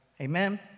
Amen